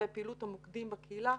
ופעילות המוקדים בקהילה,